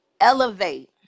elevate